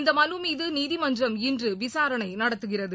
இந்தமனுமீதுநீதிமன்றம் இன்றுவிசாரணைநடத்துகிறது